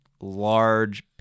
large